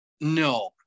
No